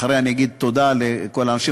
אחרי זה אני אגיד תודה לכל האנשים.